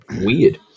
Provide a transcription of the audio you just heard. weird